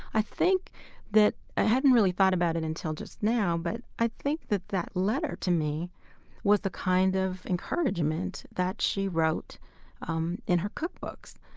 i think that i hadn't really thought about it until just now, but i think that that letter to me was the kind of encouragement that she wrote um in her cookbooks.